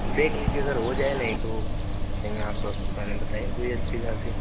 देख लीजिए अगर हो जाए नहीं तो कहीं आस पास दुकाने बताएँ कोई अच्छी खासी